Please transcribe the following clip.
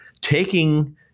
taking